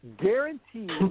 guaranteed